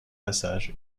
passage